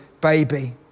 baby